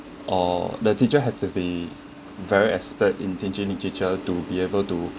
uh the teacher has to be very expert in teaching literature to be able to